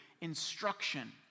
instruction